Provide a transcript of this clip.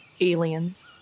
aliens